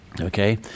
okay